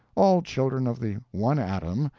all children of the one adam,